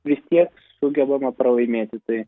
vis tiek sugebama pralaimėti tai